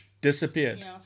disappeared